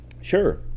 Sure